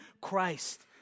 Christ